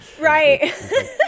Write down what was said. Right